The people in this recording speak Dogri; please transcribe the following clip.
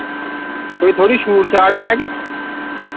कोई थोह्ड़ी शूट शाट है के